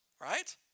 right